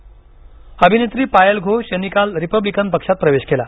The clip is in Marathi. रिपब्लिकन पक्ष अभिनेत्री पायल घोष यांनी काल रिपब्लिकन पक्षात प्रवेश केला